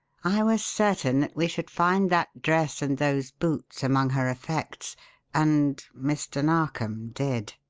i was certain we should find that dress and those boots among her effects and mr. narkom did.